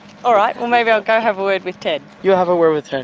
all right, well maybe i'll go have a word with ted. you have a word with ted.